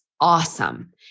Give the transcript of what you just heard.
awesome